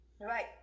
right